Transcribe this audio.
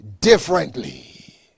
differently